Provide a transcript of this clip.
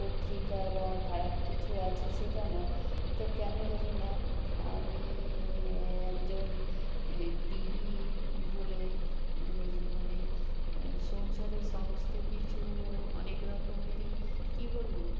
পত্রিকা বা খারাপ কিছু আছে সেটা না তো কেন জানি না আমি একজন গৃহী বলে মানে সংসারে সমস্ত কিছু অনেক রকমেরই কী বলব